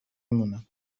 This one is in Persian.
مونم